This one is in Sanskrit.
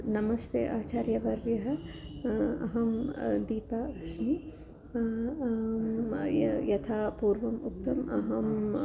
नमस्ते आचार्यवर्यः अहं दीपा अस्मि य यथा पूर्वम् उक्तम् अहं